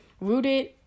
rooted